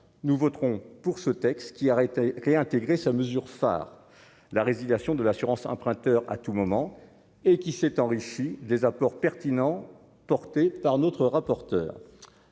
nous voterons pour ce texte qui aurait été réintégré sa mesure phare, la résiliation de l'assurance emprunteur à tout moment et qui s'est enrichi des apports pertinent porté par notre rapporteur